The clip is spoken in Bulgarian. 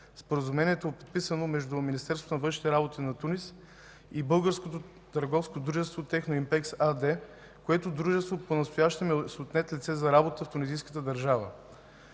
Споразумението е подписано между Министерството на външните работи на Тунис и българското търговско дружество „Техноимпекс” АД, което дружество понастоящем е с отнет лиценз за работа в тунизийската държава.